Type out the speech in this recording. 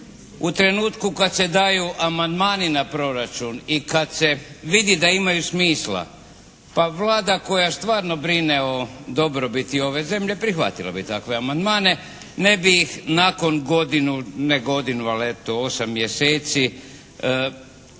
u trenutku kad se daju amandmani na proračun i kad se vidi da imaju smisla, pa Vlada koja stvarno brine o dobrobiti ove zemlje, prihvatila bi takve amandmane, ne bi ih nakon godinu, ne godinu ali eto, osam mjeseci ukalkulirala